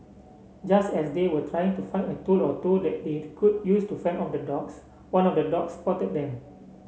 just as they were trying to find a tool or two that they could use to fend off the dogs one of the dogs spotted them